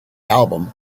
album